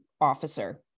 officer